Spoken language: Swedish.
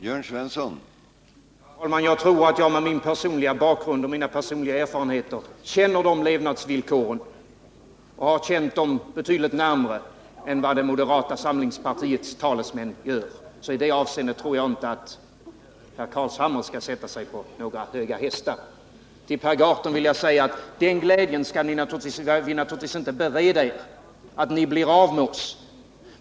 Herr talman! Jag tror att jag med min personliga bakgrund och mina egna erfarenheter har lärt känna de levnadsvillkoren betydligt närmare än vad moderata samlingspartiets talesmän gjort. I det avseendet tror jag alltså inte att herr Carlshamre skall sätta sig på några höga hästar. Till Per Gahrton vill jag säga att vi naturligtvis inte skall bereda er den glädjen att ni blir av med oss.